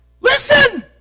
Listen